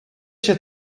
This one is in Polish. się